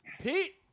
Pete